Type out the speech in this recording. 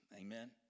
Amen